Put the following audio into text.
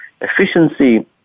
efficiency